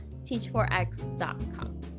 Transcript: Teach4x.com